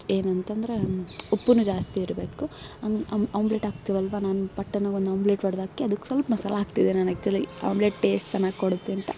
ಏನಂತಂದ್ರೆ ಉಪ್ಪುನೂ ಜಾಸ್ತಿ ಇರಬೇಕು ಹಂಗೆ ಅಮ್ ಆಮ್ಲೇಟ್ ಹಾಕ್ತೀವಲ್ವ ನನ್ನ ಪಟ್ ಅನ್ನೋಂಗೆ ಒಂದು ಆಮ್ಲೇಟ್ ಹೊಡೆದಾಕಿ ಅದಕ್ಕೆ ಸ್ವಲ್ಪ ಮಸಾಲ ಹಾಕ್ತಿದ್ದೆ ನಾನು ಆಕ್ಚುಲಿ ಆಮ್ಲೇಟ್ ಟೇಸ್ಟ್ ಚೆನ್ನಾಗಿ ಕೊಡುತ್ತೆ ಅಂತ